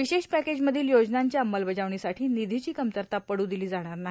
विशेष पॅकेजमधील योजनांच्या अंमलबजावणीसाठी निधीची कमतरता पडू दिली जाणार नाही